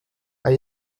are